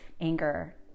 anger